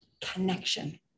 connection